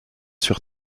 sur